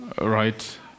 right